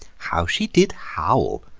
how she did howl,